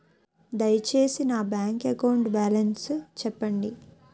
దయచేసి నా bank account balance చెప్పండి